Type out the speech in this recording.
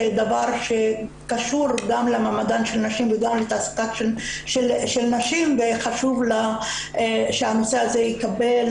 דבר שקשור גם למעמדן של נשים וגם לתעסוקת נשים וחשוב שהנושא הזה יקבל